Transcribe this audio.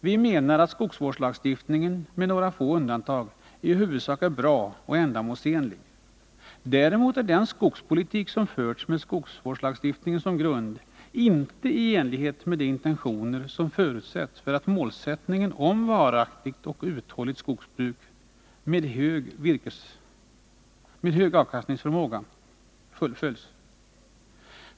Vi menar att skogsvårdslagstiftningen, med några få undantag, i huvudsak är bra och ändamålsenlig. Däremot är den skogspolitik som förts med skogsvårdslagstiftningen som grund inte i enlighet med de intentioner som förutsätts för att målsättningen av varaktigt och uthålligt skogsbruk med hög avkastningsförmåga skall fullföljas.